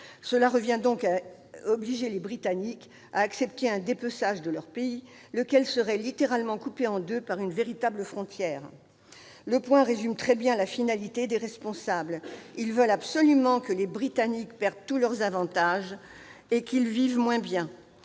Cela revient donc à obliger les Britanniques à accepter un dépeçage de leur pays, lequel serait littéralement coupé en deux par une véritable frontière. résume très bien la finalité des responsables : ils veulent absolument que les Britanniques perdent tous leurs avantages et qu'ils vivent moins bien,